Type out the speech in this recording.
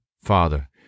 Father